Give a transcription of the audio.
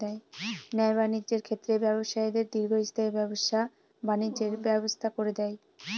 ন্যায় বাণিজ্যের ক্ষেত্রে ব্যবসায়ীদের দীর্ঘস্থায়ী ব্যবসা বাণিজ্যের ব্যবস্থা করে দেয়